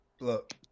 Look